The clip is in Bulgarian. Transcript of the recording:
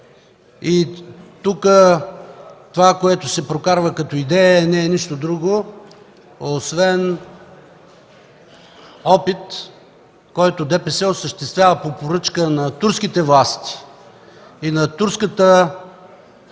Това, което се прокарва тук като идея, не е нищо друго освен опит, който ДПС осъществява по поръчка на турските власти, на турската концепция